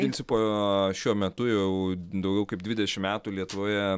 principo šiuo metu jau daugiau kaip dvidešimt metų lietuvoje